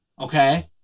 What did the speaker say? Okay